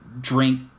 drink